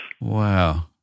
Wow